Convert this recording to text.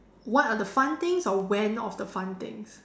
what are the fun things or when of the fun things